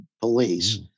police